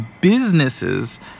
businesses